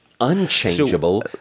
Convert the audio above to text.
unchangeable